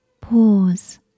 pause